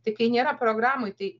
tai kai nėra programoj tai